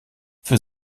für